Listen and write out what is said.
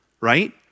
right